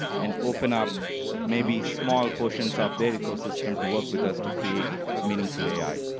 and open up maybe small portions of their ecosystem to work with us to create meaningful ai.